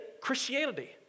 Christianity